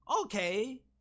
okay